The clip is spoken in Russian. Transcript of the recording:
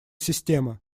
системы